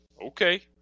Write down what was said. okay